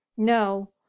no